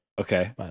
Okay